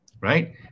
Right